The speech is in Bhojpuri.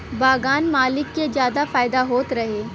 बगान मालिक के जादा फायदा होत रहे